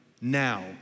now